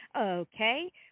Okay